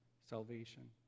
salvation